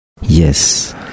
Yes